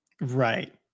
Right